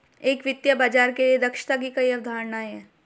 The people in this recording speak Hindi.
एक वित्तीय बाजार के लिए दक्षता की कई अवधारणाएं हैं